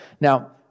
Now